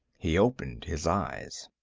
he opened his eyes.